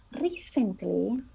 Recently